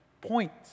points